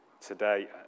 today